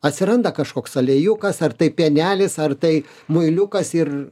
atsiranda kažkoks aliejukas ar tai pienelis ar tai muiliukas ir